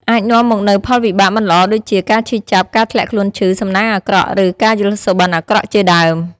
អាចនាំមកនូវផលវិបាកមិនល្អ ដូចជា ការឈឺចាប់ ការធ្លាក់ខ្លួនឈឺ សំណាងអាក្រក់ ឬ ការយល់សុបិន្តអាក្រក់ជាដើម ។